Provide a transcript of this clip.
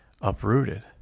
uprooted